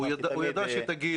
תמיד אני